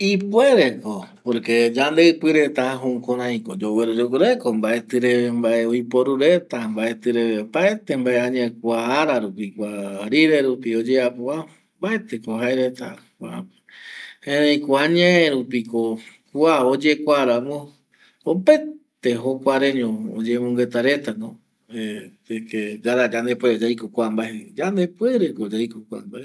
Ipuere ko porque yande ipireta jukurei ko yugüeru yogureko mbaeti reve mbae oiporureta mbaeti reve opaete mbae kua ara rupi kua arire rupi oyeapova mbaeti ko jaereta kua erei ko añe rupi ko kua oyekua ramo opaete jokua reño oyemongueta reta de que mbaeti yande puere yaiko kua mbae yande puere ko yaiko kua mbae.